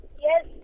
Yes